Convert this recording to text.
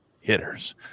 hitters